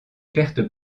pertes